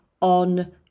on